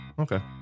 Okay